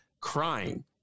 crying